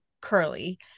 curly